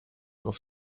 auf